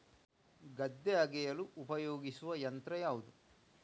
ಗದ್ದೆ ಅಗೆಯಲು ಉಪಯೋಗಿಸುವ ಯಂತ್ರ ಯಾವುದು?